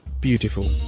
Beautiful